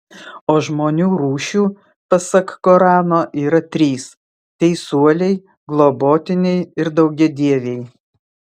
o žmonių rūšių pasak korano yra trys teisuoliai globotiniai ir daugiadieviai